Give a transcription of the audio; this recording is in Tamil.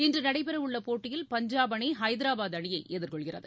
இன்றுநடைபெறஉள்ளபோட்டியில் பஞ்சாப் அணி ஐதராபாத் அணியைஎதிர்கொள்கிறது